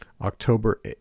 October